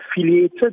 affiliated